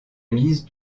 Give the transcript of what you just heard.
mise